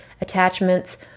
attachments